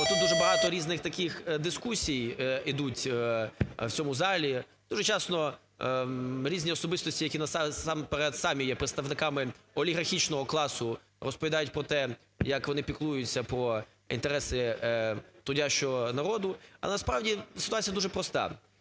от дуже багато різних таких дискусій йдуть у цьому залі, дуже часто різні особистості, які насамперед самі є представниками олігархічного класу, розповідають про те, як вони піклуються про інтереси трудящого народу. А насправді ситуація дуже проста.